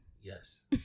yes